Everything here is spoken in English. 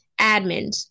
Admins